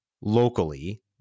locally